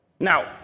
Now